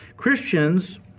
Christians